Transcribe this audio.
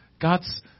God's